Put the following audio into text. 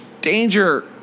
danger